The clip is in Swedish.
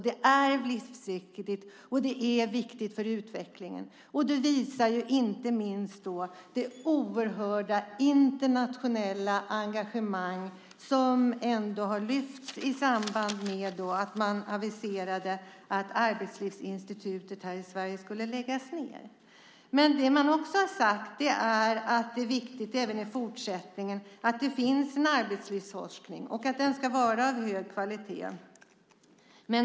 Det är livsviktigt och det är viktigt för utvecklingen. Det visar inte minst det oerhörda internationella engagemang som har lyfts fram i samband med att man aviserade att Arbetslivsinstitutet i Sverige skulle läggas ned. Man har också sagt att det är viktigt att det även i fortsättningen finns en arbetslivsforskning och att den är av hög kvalitet.